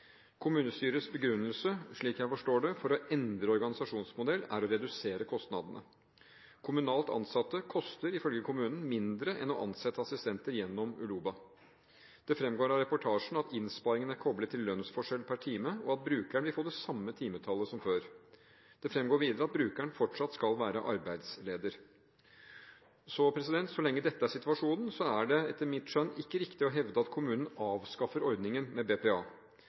Slik jeg forstår det, er kommunestyrets begrunnelse for å endre organisasjonsmodell å redusere kostnadene. Kommunalt ansatte koster, ifølge kommunen, mindre enn å ansette assistenter gjennom Uloba. Det fremgår av reportasjen at innsparingen er koblet til lønnsforskjell per time, og at brukeren vil få det samme timetallet som før. Det fremgår videre at brukeren fortsatt skal være arbeidsleder. Så lenge dette er situasjonen, er det etter mitt skjønn ikke riktig å hevde at kommunen avskaffer ordningen med BPA.